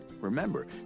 Remember